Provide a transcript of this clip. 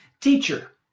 Teacher